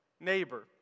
neighbor